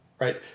right